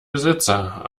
besitzer